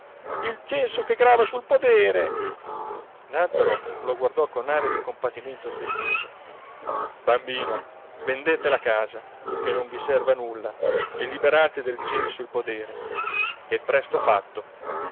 il censo che grava sul podere nàzzaro lo guardò con aria di compatimento sdegnoso bambino vendete la casa che non vi serve a nulla e liberate del censo il podere è presto fatto